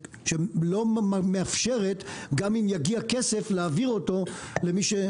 שלא מאפשרת גם אם יגיע כסף להעביר אותו למי שנושא בנטל.